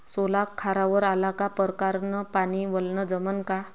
सोला खारावर आला का परकारं न पानी वलनं जमन का?